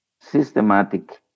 systematic